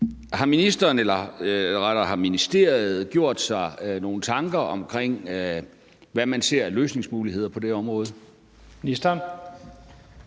ministeriet gjort sig nogen tanker om, hvad man ser af løsningsmuligheder på det område?